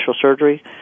surgery